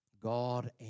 God